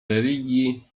religii